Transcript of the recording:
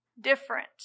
different